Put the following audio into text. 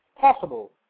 possible